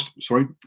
Sorry